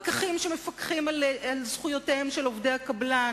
הפקחים שמפקחים על זכויותיהם של עובדי הקבלן,